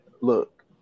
look